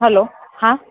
hello હા